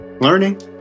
learning